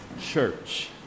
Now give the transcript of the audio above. church